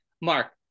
Mark